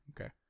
Okay